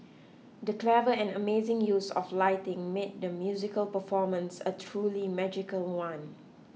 the clever and amazing use of lighting made the musical performance a truly magical one